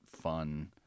fun